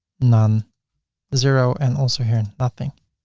none zero and also hear and nothing.